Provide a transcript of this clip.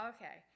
Okay